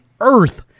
Earth